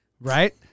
right